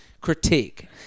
critique